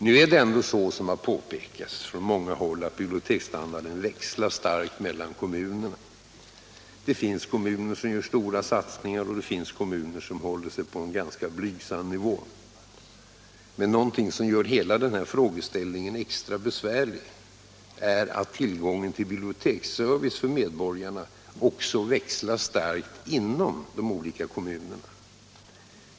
Nu är det ändå så, som har påpekats från många håll, att biblioteksstandarden växlar starkt mellan kommunerna. Det finns kommuner som gör stora satsningar, och det finns kommuner som håller sig på en ganska blygsam nivå. Men något som gör hela frågeställningen extra besvärlig är att tillgången till biblioteksservice för medborgarna också växlar starkt inom de olika kommunerna.